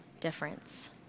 difference